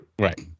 right